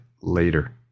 later